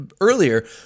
earlier